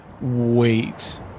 wait